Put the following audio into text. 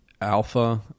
Alpha